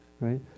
right